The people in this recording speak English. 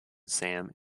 sam